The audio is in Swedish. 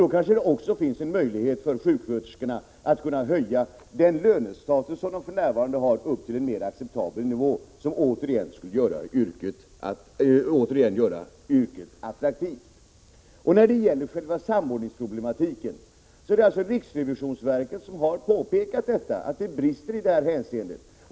Då kanske det också finns en möjlighet för sjuksköterskorna att höja sin lönestatus till en mer acceptabel nivå, som återigen skulle göra yrket attraktivt. När det gäller själva samordningsproblematiken är det riksrevisionsverket som har påpekat att det brister i det hänseendet.